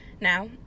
Now